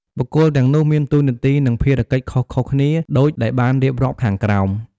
បុគ្គលទាំងនោះមានតួនាទី និងភារកិច្ចខុសៗគ្នាដូចដែលបានរៀបរាប់ខាងក្រោម។